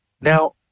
Now